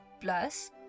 Plus